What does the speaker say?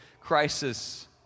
crisis